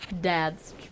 Dads